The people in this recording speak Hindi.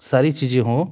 सारी चीज़ें हो